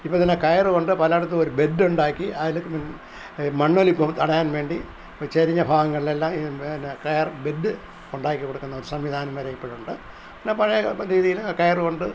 ഇപ്പം തന്നെ കയർ കൊണ്ട് പലയിടത്തും ഒരു ബെഡ്ഡുണ്ടാക്കി അതിൽ മണ്ണൊലിപ്പും തടയാൻ വേണ്ടി ചെരിഞ്ഞ ഭാഗങ്ങളിലെല്ലാം ഈ എന്ന കയർ ബെഡ് ഉണ്ടാക്കിക്കൊടുക്കുന്നൊരു സംവിധാനം വരെ ഇപ്പോഴുണ്ട് പിന്നെ പഴയ രീതിയിൽ കയർ കൊണ്ട്